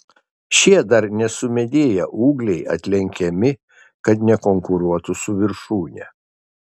šie dar nesumedėję ūgliai atlenkiami kad nekonkuruotų su viršūne